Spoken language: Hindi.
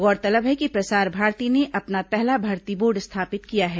गौरतलब है कि प्रसार भारती ने अपना पहला भर्ती बोर्ड स्थापित किया है